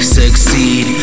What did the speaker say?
succeed